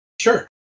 Sure